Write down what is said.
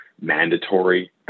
mandatory